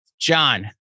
john